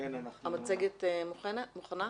המצגת מוכנה?